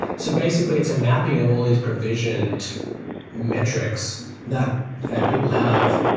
so basically, it's a mapping of all these provisioned metrics that people have,